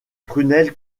prunelles